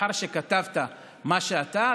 שלאחר שכתבת מה שאתה,